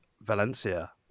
Valencia